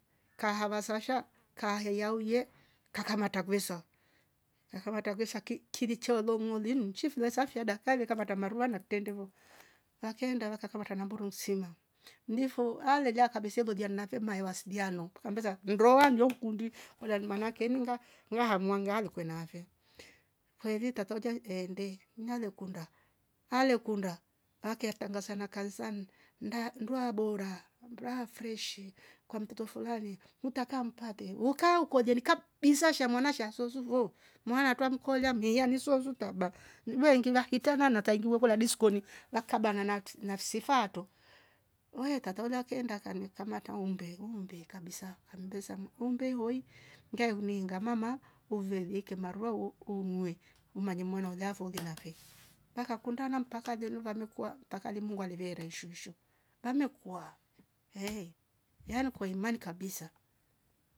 Kahava sasha kaheuya huye kakamata gweso mfumarta gwesaki kimicholo muangimlichi chifluesa kishadaka kaive kavata marua na tetende vo wakenda wakaka watan mburu msingam mlifo alelia kabeselolia nnatehema hewasiliano kambeza ngowa mliomkundi walewali manake ninga muha muangale lwekenafe kwevi tata ujan hende mnale kunda hale kunda ake tanganza na kalisam nda ndua bora ndafresh kwa mtoto fulani hutaka mpake ukaa ukojonika jinsia sha mwana sha nsouzwuzwo mwanatwam mkolia mgehia niswazu tabak nnehingiva hitana na tangiwa wela diskoni wakabanan nati nafsi faa to we tata ulia kenda kani kamata umbe umbe kabisa ambesa unge iloi ngemninga mavma mao uve rieke marua wu uu uungwe umanye mwonooga fundolela fe mpaka kundana mpaka vyoleva amekua mpaka li mungu alivereshi nshi ngamekua ehh yani koye imani kabisa.